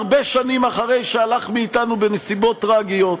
הרבה שנים אחרי שהלך מאתנו בנסיבות טרגיות,